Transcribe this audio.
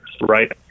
right